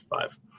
five